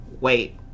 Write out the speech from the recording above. Wait